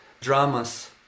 dramas